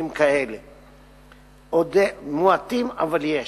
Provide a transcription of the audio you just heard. מקרים כאלה, מועטים, אבל יש.